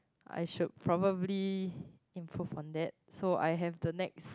I should probably improve on that so I have the next